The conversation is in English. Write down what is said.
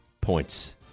points